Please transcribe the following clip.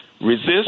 resist